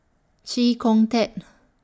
Chee Kong Tet